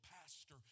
pastor